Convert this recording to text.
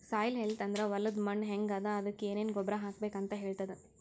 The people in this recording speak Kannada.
ಸಾಯಿಲ್ ಹೆಲ್ತ್ ಅಂದ್ರ ಹೊಲದ್ ಮಣ್ಣ್ ಹೆಂಗ್ ಅದಾ ಅದಕ್ಕ್ ಏನೆನ್ ಗೊಬ್ಬರ್ ಹಾಕ್ಬೇಕ್ ಅಂತ್ ಹೇಳ್ತದ್